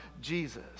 Jesus